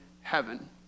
heaven